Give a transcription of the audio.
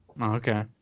Okay